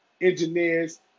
engineers